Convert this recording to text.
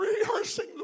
rehearsing